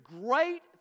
great